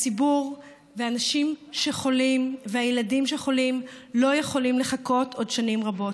הציבור ואנשים שחולים והילדים שחולים לא יכולים לחכות עוד שנים רבות.